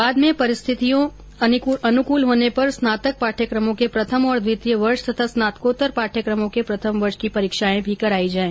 बाद में परिस्थितियां अनुकूल होने पर स्नातक पाठ्यक्रमों के प्रथम और द्वितीय वर्ष तथा स्नातकोत्तर पाठ्यक्रमों के प्रथम वर्ष की परीक्षाएं भी कराई जाएं